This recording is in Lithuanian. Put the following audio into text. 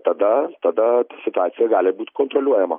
tada tada situacija gali būt kontroliuojama